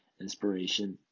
inspiration